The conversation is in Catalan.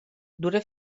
dura